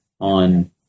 on